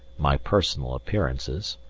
my personal appearances,